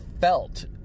felt